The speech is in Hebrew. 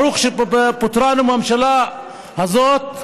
ברוך שפטרנו מהממשלה הזאת,